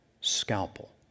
scalpel